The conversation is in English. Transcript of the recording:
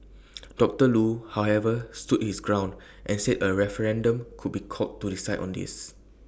doctor Loo however stood his ground and said A referendum could be called to decide on this